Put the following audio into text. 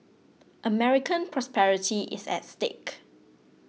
American prosperity is at stake